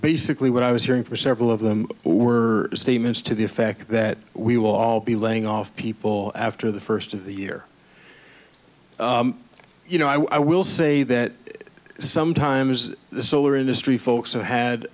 basically what i was hearing for several of them were statements to the effect that we will all be laying off people after the first of the year you know i will say that sometimes the solar industry folks ha